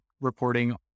reporting